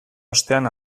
ostean